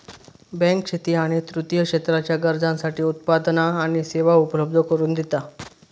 bank शेती आणि तृतीय क्षेत्राच्या गरजांसाठी उत्पादना आणि सेवा उपलब्ध करून दिता